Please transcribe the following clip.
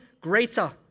greater